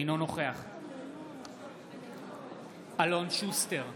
אינו נוכח אלון שוסטר,